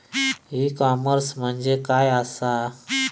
E commerce म्हणजे काय असा?